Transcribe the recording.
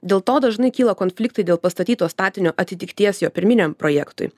dėl to dažnai kyla konfliktai dėl pastatyto statinio atitikties jo pirminiam projektui